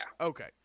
Okay